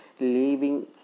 leaving